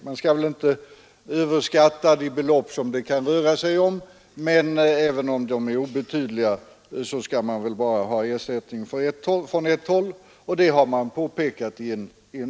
Man skall inte överskatta de belopp som det kan röra sig om, men även om de är obetydliga skall man väl bara ha ersättning från ett håll.